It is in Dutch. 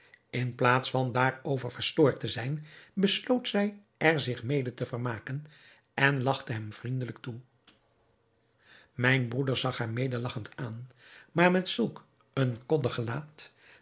in plaats van daarover verstoord te zijn besloot zij er zich mede te vermaken en lachte hem vriendelijk toe mijn broeder zag haar mede lagchend aan maar met zulk een koddig gelaat